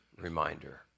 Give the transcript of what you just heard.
reminder